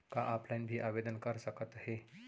का ऑफलाइन भी आवदेन कर सकत हे?